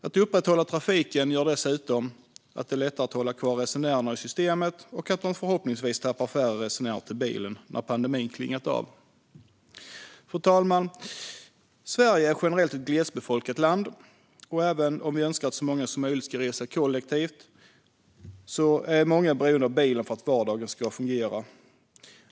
Att upprätthålla trafiken gör det dessutom lättare att hålla kvar resenärerna i systemet och att man förhoppningsvis tappar färre resenärer till bilen när pandemin klingat av. Fru talman! Sverige är generellt ett glesbefolkat land, och även om vi önskar att så många som möjligt ska resa kollektivt är många beroende av bilen för att vardagen ska fungera.